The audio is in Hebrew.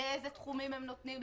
לאילו תחומים הם נותנים,